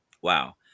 Wow